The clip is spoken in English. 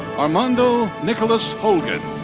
armando nicholas holguin.